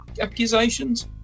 accusations